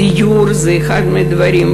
דיור זה אחד מהדברים,